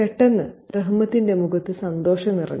പെട്ടെന്ന് റഹ്മത്തിന്റെ മുഖത്ത് സന്തോഷം നിറഞ്ഞു